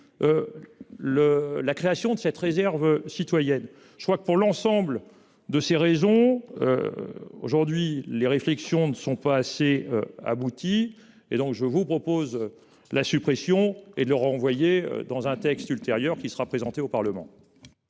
la création de cette réserve citoyenne. Je crois que pour l'ensemble de ces raisons. Aujourd'hui les réflexions ne sont pas assez abouti et donc je vous propose. La suppression et de leur envoyer dans un texte ultérieur, qui sera présenté au Parlement.